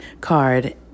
card